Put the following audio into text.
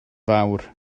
fawr